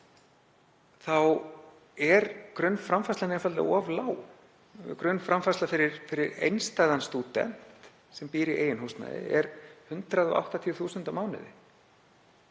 en grunnframfærslan er einfaldlega of lág. Grunnframfærsla fyrir einstæðan stúdent sem býr í eigin húsnæði er 180.000 á mánuði.